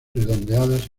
redondeadas